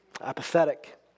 Apathetic